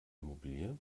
immobilie